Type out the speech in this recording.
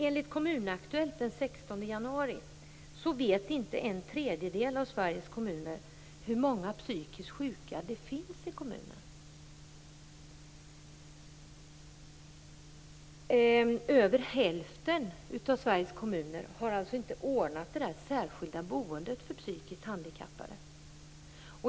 Enligt Kommunaktuellt den 16 januari vet inte en tredjedel av Sveriges kommuner hur många psykiskt sjuka det finns i kommunerna. Över hälften av Sveriges kommuner har inte ordnat med det särskilda boendet för psykiskt handikappade.